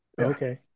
okay